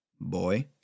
Boy